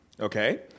Okay